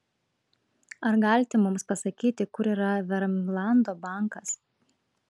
ar galite mums pasakyti kur yra vermlando bankas